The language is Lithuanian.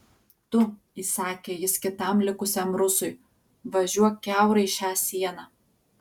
tu įsakė jis kitam likusiam rusui važiuok kiaurai šią sieną